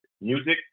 Music